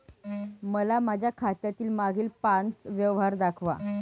मला माझ्या खात्यातील मागील पांच व्यवहार दाखवा